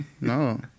No